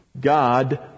God